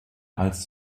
als